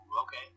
okay